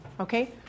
Okay